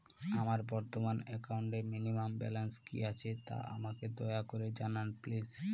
আমার বর্তমান একাউন্টে মিনিমাম ব্যালেন্স কী আছে তা আমাকে দয়া করে জানান প্লিজ